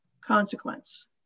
consequence